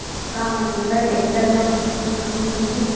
का महिंद्रा टेक्टर म कुछु छुट मिलही?